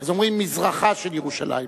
אז אומרים: מזרחה של ירושלים.